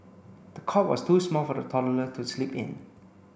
the cot was too small for the toddler to sleep in